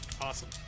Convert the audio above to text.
Awesome